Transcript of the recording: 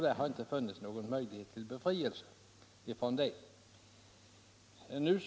Det har inte funnits någon möjlighet till befrielse från denna skatt.